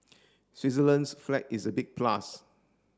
Switzerland's flag is a big plus